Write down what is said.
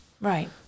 Right